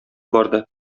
барды